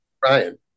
Brian